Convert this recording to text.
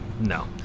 no